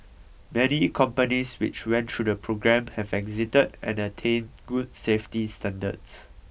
many companies which went through the programme have exited and attained good safety standards